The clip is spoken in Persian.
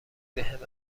بهم